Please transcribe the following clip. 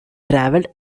travelled